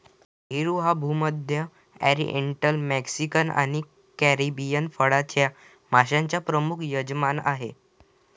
पेरू हा भूमध्य, oriental, Mexican आणि कॅरिबियन फळांच्या माश्यांचा प्रमुख यजमान आहे